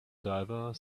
diver